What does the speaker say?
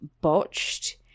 botched